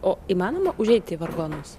o įmanoma užeiti į vargonus